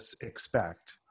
expect